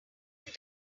down